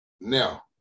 Now